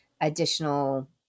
additional